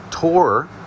Tour